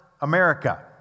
America